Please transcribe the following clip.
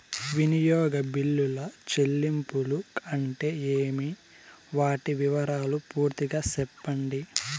వినియోగ బిల్లుల చెల్లింపులు అంటే ఏమి? వాటి వివరాలు పూర్తిగా సెప్పండి?